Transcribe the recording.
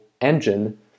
engine